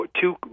two